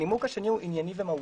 הנימוק השני הוא ענייני ומהותי.